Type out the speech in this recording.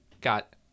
got